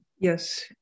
Yes